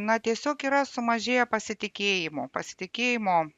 na tiesiog yra sumažėję pasitikėjimo pasitikėjimo